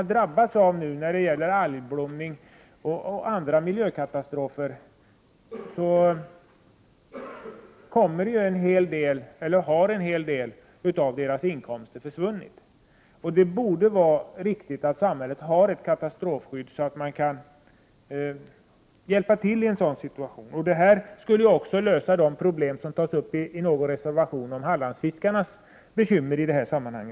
På grund av vad som hänt i fråga om algblomning och andra miljökatastrofer har en hel del av fiskarnas inkomster försvunnit. Det borde finnas ett katastrofskydd som gör det möjligt att från samhällets sida hjälpa dem som drabbas i en sådan här situation. Detta skulle också lösa de problem som tas uppi en reservation om Hallandsfiskarnas bekymmer i detta sammanhang.